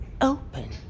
open